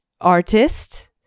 artist